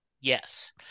Yes